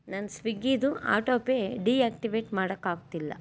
ನನ್ನ ಸ್ವಿಗ್ಗಿದು auto pay deactivate ಮಾಡೋಕಾಗ್ತಿಲ್ಲ